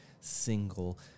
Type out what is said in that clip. single